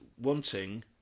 wanting